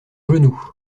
genou